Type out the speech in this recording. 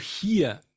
hear